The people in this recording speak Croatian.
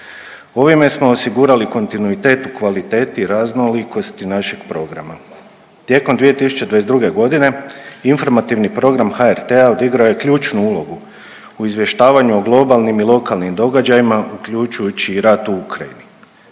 Ovime smo osigurali kontinuitet u kvaliteti i raznolikosti našeg programa. Tijekom 2022. g. informativni program HRT-a odigrao je ključnu ulogu u izvještavanju o globalnim i lokalnim događajima, uključujući i rat u Ukrajini.